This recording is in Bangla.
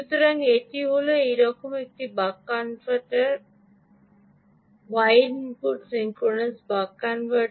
সুতরাং এটি হল এইরকম একটি buck controller wide input synchronous buck Connaught